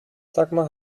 dagmar